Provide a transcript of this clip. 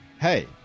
Hey